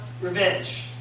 revenge